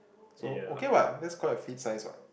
so okay what that's quite a fit size what